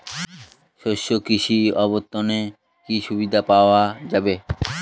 শস্য কৃষি অবর্তনে কি সুবিধা পাওয়া যাবে?